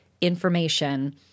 information